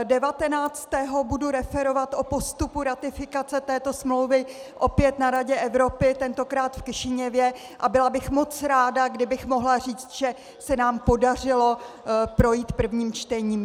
Devatenáctého budu referovat o postupu ratifikace této smlouvy opět na Radě Evropy, tentokrát v Kišiněvě, a byla bych moc ráda, kdybych mohla říct, že se nám podařilo projít prvním čtením.